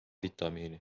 vitamiini